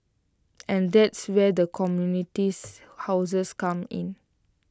and that's where the commodities houses come in